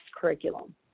curriculum